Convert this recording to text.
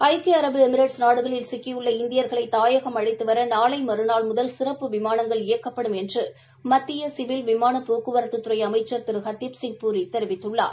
ஐக்கிய அரபு எமிரேட்ஸ் நாடுகளில் சிக்கியுள்ள இந்தியா்களை தாயகம் அழைத்துவர நாளை மறுநாள் முதல் சிறப்பு விமானங்கள்இயக்கப்படும் என்று மத்திய சிவில் விமாள போக்குவரத்துத் துறை அமைச்சர் திரு ஹர்தீப்சிய் பூரி தெரிவித்துள்ளார்